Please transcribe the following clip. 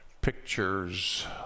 pictures